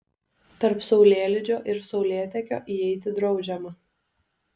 tarp saulėlydžio ir saulėtekio įeiti draudžiama